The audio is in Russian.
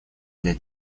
для